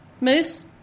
Moose